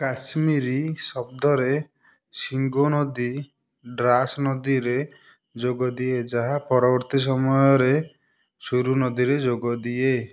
କାଶ୍ମୀରୀ ଶବ୍ଦରେ ଶିଙ୍ଗୋ ନଦୀ ଡ୍ରାସ ନଦୀରେ ଯୋଗ ଦିଏ ଯାହା ପରବର୍ତ୍ତୀ ସମୟରେ ସୁରୁ ନଦୀରେ ଯୋଗ ଦିଏ